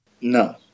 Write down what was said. No